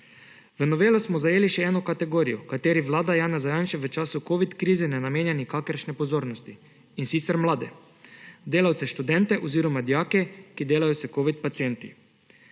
V novelo smo zajeli še eno kategorijo, kateri vlada Janeza Janše v covid krize ne namenja nikakršne pozornosti, in sicer mlade delavce, študente oziroma dijake, ki delajo s covid pacienti.